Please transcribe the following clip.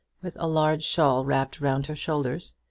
with a large shawl wrapped round her shoulders.